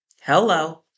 Hello